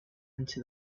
into